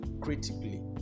critically